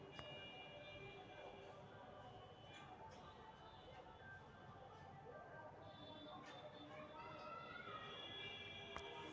कुछ फसलवन के विशेष ग्रीनहाउस किस्म हई, जैसे टमाटर